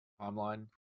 timeline